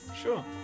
Sure